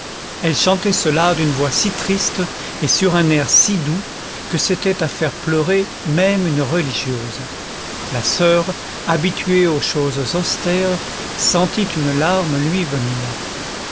elle chantait cela d'une voix si triste et sur un air si doux que c'était à faire pleurer même une religieuse la soeur habituée aux choses austères sentit une larme lui venir